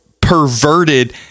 perverted